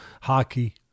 hockey